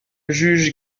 juge